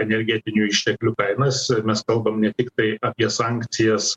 energetinių išteklių kainas mes kalbam ne tiktai apie sankcijas